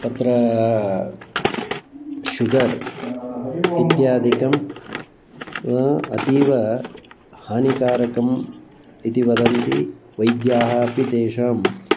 तत्र शुगर् इत्यादिकम् अतीव हानिकारकम् इति वदन्ति वैद्याः अपि तेषाम्